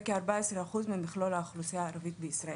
וכ-14% ממכלול האוכלוסייה הערבית בישראל.